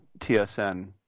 TSN